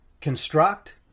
construct